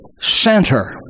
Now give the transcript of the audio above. center